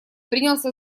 принялся